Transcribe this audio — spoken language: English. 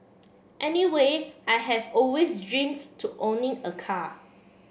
anyway I have always dreamt to owning a car